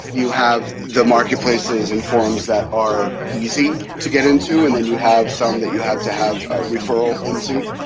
you have the market places in forums that are easy to get into and then you have some that you have to have a referral into,